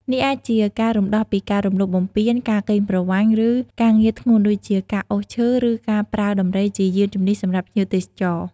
នេះអាចជាការរំដោះពីការ រំលោភបំពាន ការកេងប្រវ័ញ្ច ឬការងារធ្ងន់ ដូចជាការអូសឈើ ឬការប្រើដំរីជាយានជំនិះសម្រាប់ភ្ញៀវទេសចរ។